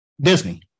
Disney